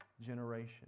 generation